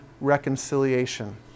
reconciliation